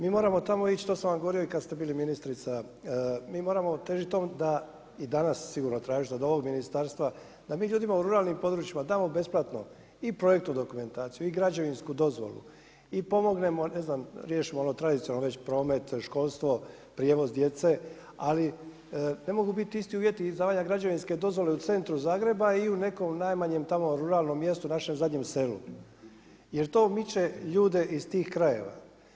Mi moramo tamo ići to sam govorio i kada ste bili ministrica, mi moramo težiti tome i danas sigurno tražiti od ovog ministarstva da mi ljudima u ruralnim područjima damo besplatno i projektnu dokumentaciju i građevinsku dozvolu i riješimo ono tradicionalno promet, školstvo, prijevoz djece, ali ne mogu biti isti uvjeti i za izdavanje građevinske dozvole u centru Zagreba i u nekom najmanjem tamo ruralnom mjestu našem zadnjem selu jer to miče ljude iz tih krajeva.